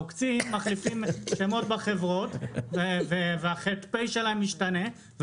העוקצים מחליפים את שמות החברות והח"פ שלהם משתנה.